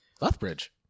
Lethbridge